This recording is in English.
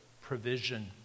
provision